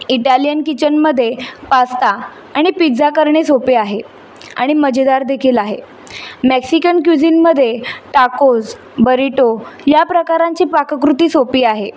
Italian किचनमध्ये pasta आणि pizza करणे सोपे आहे आणि मजेदारदेखील आहे मॅक्सिकन क्युझिनमदे टाकोज बरेटो या प्रकारांची पाककृती सोपी आहे